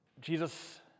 Jesus